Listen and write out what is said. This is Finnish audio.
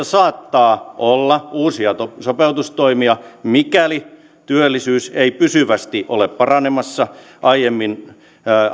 saattaa olla uusia sopeutustoimia mikäli työllisyys ei pysyvästi ole paranemassa